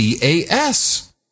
CAS